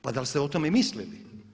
Pa da li ste o tome mislili?